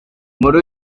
muri